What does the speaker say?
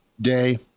day